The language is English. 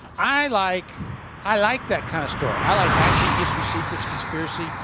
i like i like that kind of story. i like action, history, secrets, conspiracy,